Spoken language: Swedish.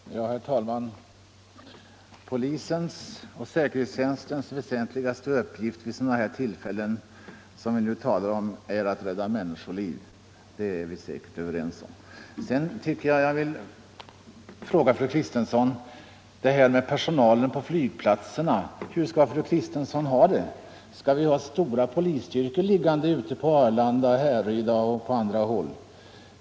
Herr talman! Vi är säkerligen överens om att polisens och säkerhetstjänstens väsentligaste uppgift vid sådana tillfällen som vi nu talar om är att rädda människoliv. Jag vill fråga fru Kristensson hur hon vill ha det ordnat när det gäller personalen på flygplatserna. Skall vi ha stora polisstyrkor liggande på Arlanda, på Landvetter och på andra flygplatser?